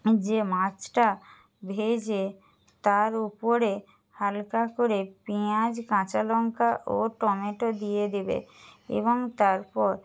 যে মাছটা ভেজে তার ওপরে হালকা করে পেঁয়াজ কাঁচা লঙ্কা ও টমেটো দিয়ে দেবে এবং তারপর